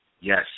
yes